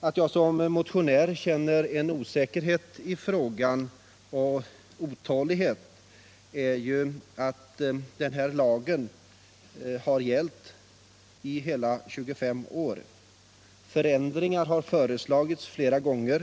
Att jag som motionär känner osäkerhet och otålighet i frågan beror inte bara på att lagen har gällt i över 25 år. Förändringar har föreslagits flera gånger.